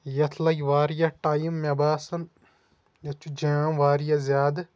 یَتھ لَگہِ واریاہ ٹایم مےٚ باسان یتھ چھُ جام واریاہ زیادٕ